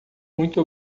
muito